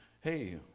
Hey